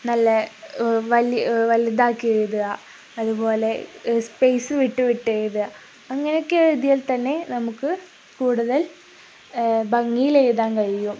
നല്ല വലുതാക്കി എഴുതുക അതുപോലെ സ്പേസ് വിട്ട് വിട്ടെഴുതുക അങ്ങനെയൊക്കെ എഴുതിയാൽ തന്നെ നമുക്കു കൂടുതൽ ഭംഗിയിലഴുതാൻ കഴിയും